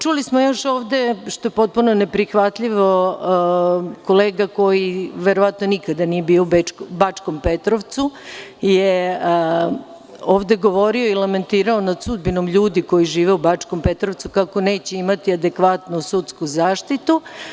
Čuli smo još ovde, što je potpuno ne prihvatljivo, kolega koji verovatno nikada nije bio Bačkom Petrovcu je ovde govorio i lamentirao nad sudbinom ljudi koji žive u Bačkom Petrovcu kako neće imati adekvatnu sudsku zaštitu.